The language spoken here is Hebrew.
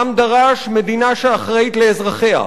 העם דרש מדינה שאחראית לאזרחיה.